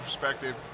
perspective